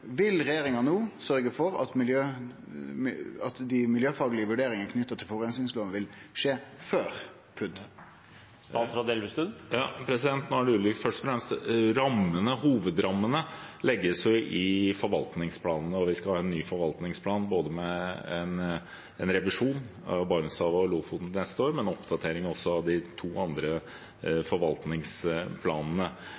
Vil regjeringa no sørgje for at dei miljøfaglege vurderingane knytte til forureiningslova vil skje før PUD? Nå er det jo først og fremst slik at hovedrammene legges i forvaltningsplanene, og vi skal ha en ny forvaltningsplan til neste år med en revisjon av Barentshavet og Lofoten, men også en oppdatering av de to andre